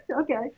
Okay